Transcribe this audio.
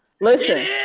Listen